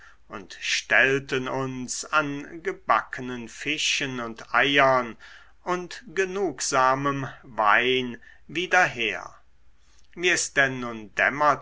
und stellten uns an gebackenen fischen und eiern und genugsamem wein wieder her wie es denn nun dämmerte